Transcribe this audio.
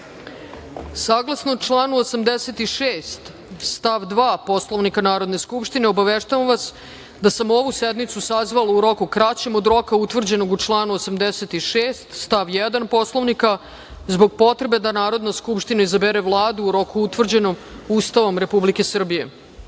goste. Saglasno članu 86. stav 2. Poslovnika Narodne skupštine, obaveštavam vas da sam ovu sednicu sazvala u roku kraćem od roka utvrđenog u članu 86. stav 1. Poslovnika Narodne skupštine, zbog potrebe da Narodna skupština izabere Vladu u roku utvrđenom Ustavom Republike Srbije. Primili